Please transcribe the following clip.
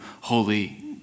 holy